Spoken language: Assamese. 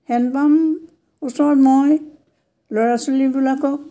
হেণ্ডপাম্প ওচৰত মই ল'ৰা ছোৱালীবিলাকক